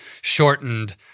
shortened